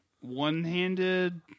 one-handed